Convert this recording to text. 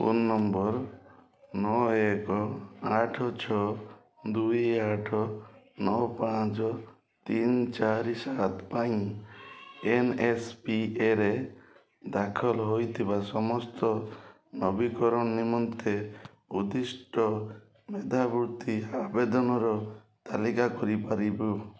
phone number ନଅ ଏକ ଆଠ ଛଅ ଦୁଇ ଆଠ ନଅ ପାଞ୍ଚ ତିନି ଚାରି ସାତ ପାଇଁ ଏନ୍ଏସ୍ପିଏରେ ଦାଖଲ ହୋଇଥିବା ସମସ୍ତ ନବୀକରଣ ନିମନ୍ତେ ଉଦ୍ଧିଷ୍ଟ ମେଧାବୃତ୍ତି ଆବେଦନର ତାଲିକା କରିପାରିବ